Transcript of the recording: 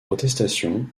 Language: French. protestation